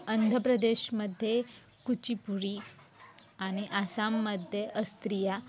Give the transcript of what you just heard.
आंध्रप्रदेशमध्ये कुचीपुडी आणि आसाममध्ये सत्रिया